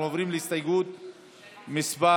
אנחנו עוברים להסתייגות מס'